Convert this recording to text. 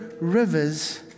rivers